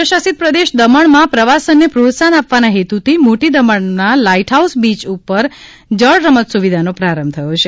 કેન્દ્રશાસિત પ્રદેશ દમણમાં પ્રવાસનને પ્રોત્સાહન આપવાના હેતુથી મોટી દમણના લાઇટ હાઉસ બીચ ઉપર જળરમત સુવિધાનો પ્રારંભ થયો છે